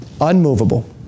unmovable